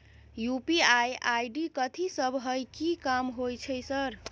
UPI ID कथि सब हय कि काम होय छय सर?